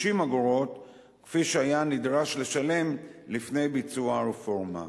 כפי שהיה נדרש לשלם לפני ביצוע הרפורמה.